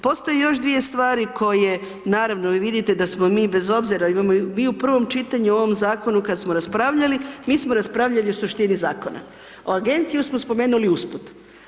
Postoje još dvije stvari koje naravno, vi vidite da smo mi bez obzira, imamo mi u prvom čitanju o ovom Zakonu kad smo raspravljali, mi smo raspravljali o suštini Zakona, a Agenciju smo spomenuli usput.